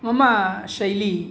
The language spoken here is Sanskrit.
मम शैली